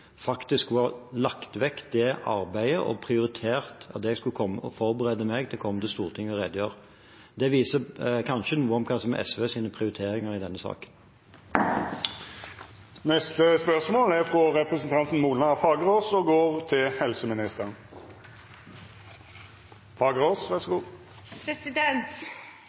faktisk skulle lagt vekk det arbeidet og prioritert å forberede meg til å komme til Stortinget å redegjøre. Det viser kanskje noe av hva som er SVs prioriteringer i denne saken.